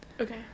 Okay